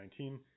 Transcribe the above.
2019